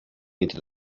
into